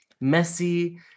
messy